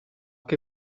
che